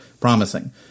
promising